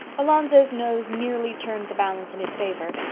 alonzo's nose nearly turned the balance in his favor.